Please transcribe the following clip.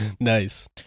Nice